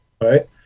right